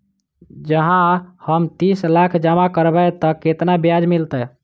जँ हम तीस लाख जमा करबै तऽ केतना ब्याज मिलतै?